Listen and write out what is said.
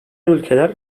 ülkeler